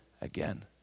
again